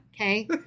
Okay